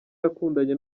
yakundanye